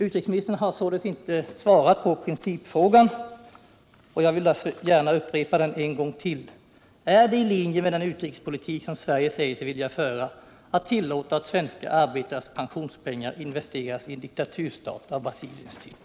Utrikesministern har således inte svarat på min principfråga, och jag vill därför upprepa den: Är det i linje med den utrikespolitik som Sverige säger sig vilja föra att tillåta att svenska arbetares pensionspengar investeras i en diktaturstat av Brasiliens typ?